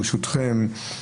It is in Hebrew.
ברשותכם,